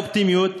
אופטימיות,